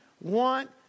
want